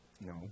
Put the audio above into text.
No